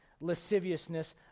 lasciviousness